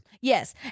yes